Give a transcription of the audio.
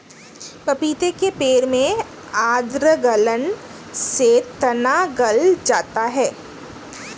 पपीते के पेड़ में आद्र गलन से तना गल जाता है